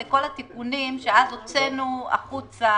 עכשיו אנחנו מגיעים לכל התיקונים שאז הוצאנו החוצה